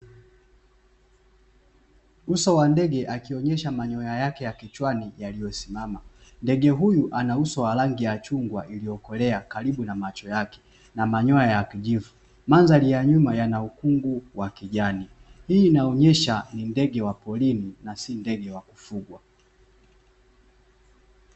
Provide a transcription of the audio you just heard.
Uso wa ndege akionyesha manyoya yake ya kichwani yaliyosimama, nduge huyu ana uso wa rangi ya chungwa iliokolea karibu na macho yake na manyoya ya kijivu, mandhari ya nyuma ina ukungu wa kijani hii inaonyesha ni ndege wa porini na si ndege wa kufugwa.